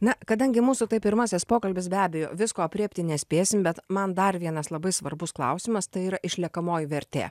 na kadangi mūsų tai pirmasis pokalbis be abejo visko aprėpti nespėsim bet man dar vienas labai svarbus klausimas tai yra išliekamoji vertė